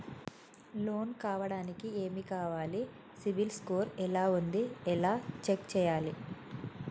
Loan కావడానికి ఏమి కావాలి సిబిల్ స్కోర్ ఎలా ఉంది ఎలా చెక్ చేయాలి?